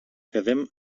quedem